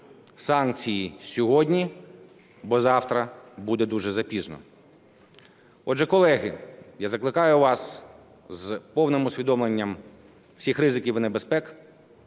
санкції сьогодні, бо завтра буде дуже запізно. Отже, колеги, я закликаю вас з повним усвідомленням всіх ризиків і небезпек